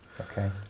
Okay